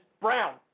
brown